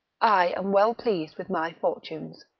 i am well pleased with my fortunes,